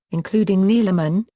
including neeleman,